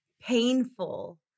painful